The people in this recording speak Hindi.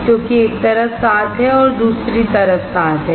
क्योंकि एक तरफ 7 हैं दूसरी तरफ 7 हैं